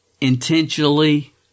intentionally